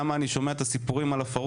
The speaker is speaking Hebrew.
למה אני שומע את הסיפורים על הפרהוד,